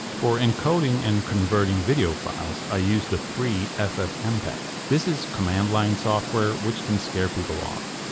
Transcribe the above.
for encoding and converting video files i use the free ffmpeg. this is command line software which can scare people off.